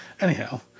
Anyhow